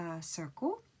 circle